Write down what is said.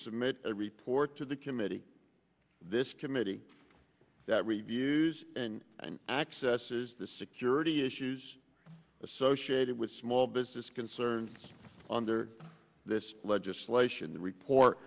submit a report to the committee this committee that reviews and accesses the security issues associated with small business concerns under this legislation the report